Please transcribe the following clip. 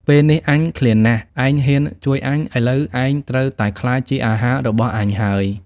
ពេលនេះ អញឃ្លានណាស់ ឯងហ៊ានជួយអញ ឥឡូវឯងត្រូវតែក្លាយជាអាហាររបស់អញហើយ។